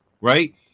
right